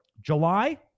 July